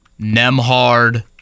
Nemhard